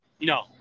No